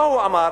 מה הוא אמר,